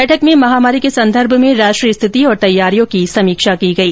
बैठक में महामारी के संदर्भ में राष्ट्रीय स्थिति और तैयारियों की समीक्षा की गई